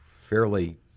fairly